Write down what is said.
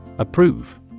Approve